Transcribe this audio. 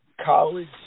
college –